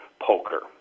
poker